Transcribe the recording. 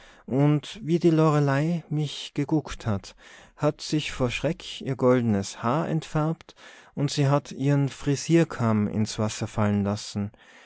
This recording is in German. und wie die lorelei mich geguckt hat hat sich vor schreck ihr goldenes haar entfärbt und se hat ihren frisierkamm ins wasser fallen lassen